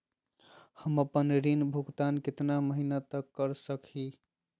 हम आपन ऋण भुगतान कितना महीना तक कर सक ही?